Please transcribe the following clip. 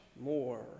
more